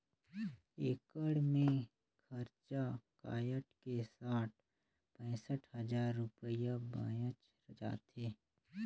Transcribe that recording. एकड़ मे खरचा कायट के साठ पैंसठ हजार रूपिया बांयच जाथे